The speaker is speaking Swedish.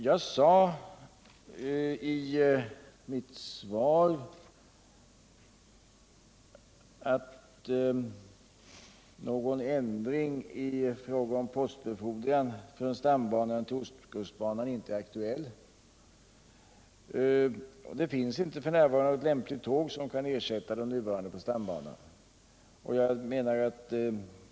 Jag sade i mitt svar att någon ändring i fråga om postbefordran från stambanan till ostkustbanan inte är aktuell. Det finns f. n. inte något lämpligt tåg som kan ersätta de nuvarande på stambanan.